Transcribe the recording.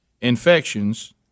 infections